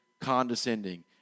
condescending